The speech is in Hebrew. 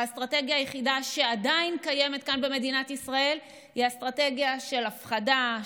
האסטרטגיה היחידה שעדיין קיימת כאן במדינת ישראל היא אסטרטגיה של הפחדה,